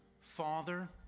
father